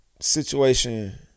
situation